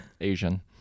Asian